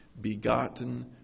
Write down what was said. Begotten